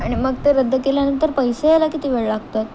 आणि मग ते रद्द केल्यानंतर पैसे यायला किती वेळ लागतात